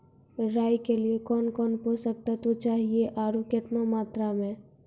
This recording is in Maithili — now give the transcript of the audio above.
राई के लिए कौन कौन पोसक तत्व चाहिए आरु केतना मात्रा मे?